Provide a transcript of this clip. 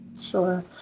Sure